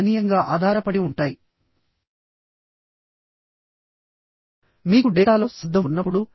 కనుక ఫెయిల్యూర్ అనేది మొదట ఆ లైన్ లో అవుతుంది